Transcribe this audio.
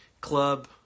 Club